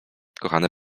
kochany